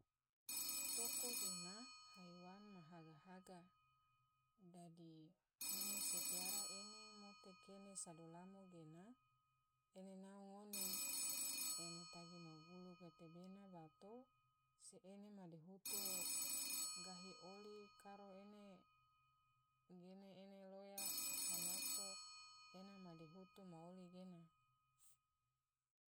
Toko gena haiwan ma haga-haga, dadi ngone se piara ene mote kene sodo lamo ge ene nao ngone, ene tagi ma gulu gatebena bato se ene ma dihitu gahi oli karo ene gena ene loya hanyato ena madihutu ma oli gena.